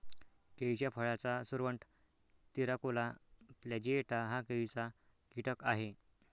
केळीच्या फळाचा सुरवंट, तिराकोला प्लॅजिएटा हा केळीचा कीटक आहे